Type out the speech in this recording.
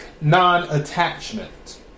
non-attachment